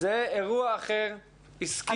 זה אירוע אחר, עסקי.